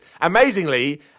Amazingly